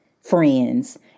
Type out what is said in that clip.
friends